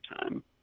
time